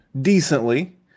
decently